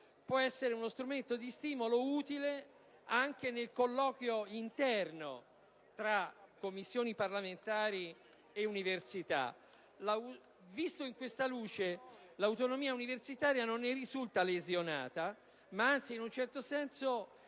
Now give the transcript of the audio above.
può essere uno strumento di stimolo, utile anche nel colloquio interno tra commissioni parlamentari e università. Visto l'emendamento in questa luce, l'autonomia universitaria non ne risulta lesionata, ma anzi è in un certo senso